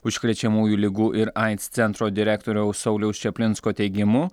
užkrečiamųjų ligų ir aids centro direktoriaus sauliaus čaplinsko teigimu